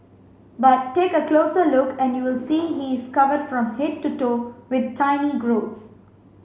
but take a closer look and you will see he is covered from head to toe with tiny growths